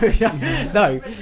no